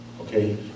Okay